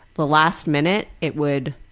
the last minute it would,